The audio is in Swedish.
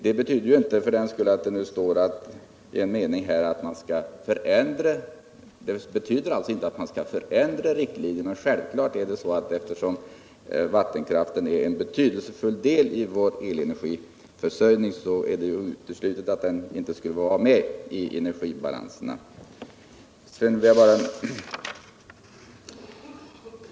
Det betyder ju inte att man skall förändra riktlinjerna. Men eftersom vattenkraften är en betydelsefull del i vår elenergiförsörjning är det uteslutet att den inte skulle vara med i energibalansen.